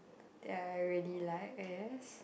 that I really like I guess